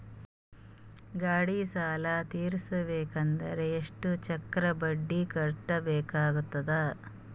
ಗಾಡಿ ಸಾಲ ತಿರಸಬೇಕಂದರ ಎಷ್ಟ ಚಕ್ರ ಬಡ್ಡಿ ಕಟ್ಟಬೇಕಾಗತದ?